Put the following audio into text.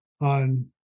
on